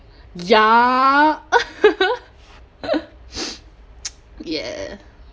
ya yeah